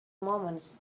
moments